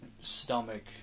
stomach